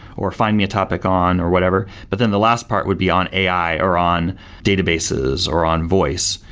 or find me a topic on, or whatever. but then the last part would be on ai, or on databases, or on voice.